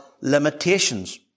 limitations